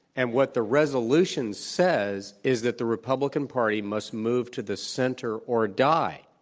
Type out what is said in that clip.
and what the resolution says is that the republican party must move to the center or die.